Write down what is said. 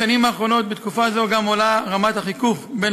בשנים האחרונות בתקופה זו גם עולה רמת החיכוך בין